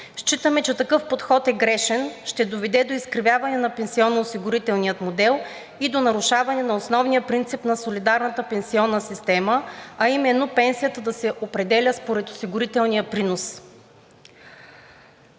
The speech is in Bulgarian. Считаме, че такъв подход е грешен и ще доведе до изкривяване на пенсионно-осигурителния модел и до нарушаване на основния принцип на солидарната пенсионна система, а именно пенсията да се определя според осигурителния принос